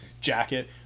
jacket